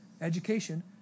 education